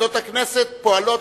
ועדות הכנסת פועלות,